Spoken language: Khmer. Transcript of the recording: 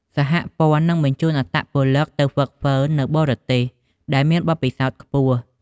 សហព័ន្ធនឹងបញ្ជូនអត្តពលិកទៅហ្វឹកហ្វឺននៅបរទេសដែលមានបទពិសោធន៍ខ្ពស់។